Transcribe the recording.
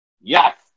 Yes